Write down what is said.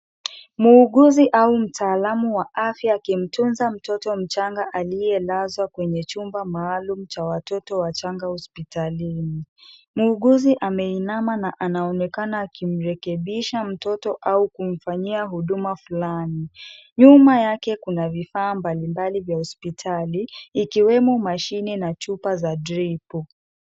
Muuguzi au mtaalamu wa afya akimtunza mtoto mchanga aliyelazwa kwenye chumba cha watoto wachanga hospitalini. Muuguzi ameinama na anaonekana kumrekebisha mtoto au kumfanyia huduma flani. Nyuma yake kuna vifaa mbalimbali vya hospitali, ikiwemo mashine na chupa za dripu .